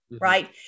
Right